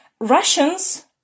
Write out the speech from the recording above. Russians